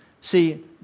See